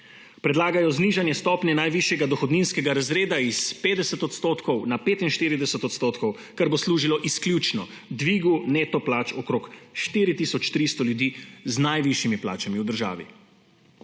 Predlagajo znižanje stopnje najvišjega dohodninskega razreda s 50 odstotkov na 45 odstotkov, kar bo služilo izključno dvigu neto plač okrog 4 tisoč 300 ljudem z najvišjimi plačami v državi.